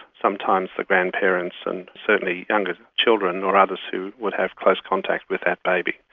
sometimes the grandparents and certainly younger children or others who would have close contact with that baby.